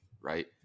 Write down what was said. right